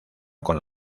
con